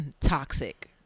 toxic